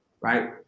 right